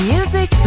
Music